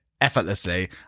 effortlessly